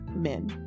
men